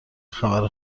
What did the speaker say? خبر